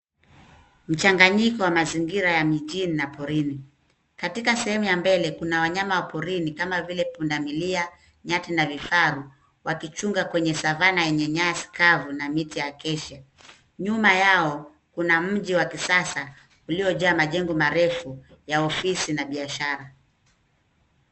Mchanganyiko wa mazingira ya mijini na porini . Katika sehemu ya mbele kuna wanyama wa porini kama vile pundamilia, nyati na vifaru wakichunga kwenye Savana yenye nyasi kavu na miti ya acaciac . Nyuma yao kuna mji wa kisasa uliojaa majengo marefu ya ofisi na biashara.